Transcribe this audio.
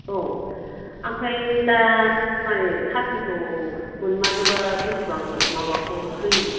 औ ओमफ्राय दा माने साख्रिखौ मोनमारोब्ला बेसेबां माबाखौ होयो